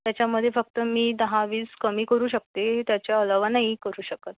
त्याच्यामध्ये फक्त मी दहा वीस कमी करू शकते त्याच्या अलावा नाही करू शकत